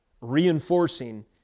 reinforcing